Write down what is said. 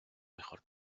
mejor